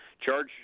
charge